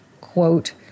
Quote